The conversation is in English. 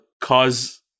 cause